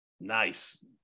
Nice